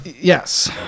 Yes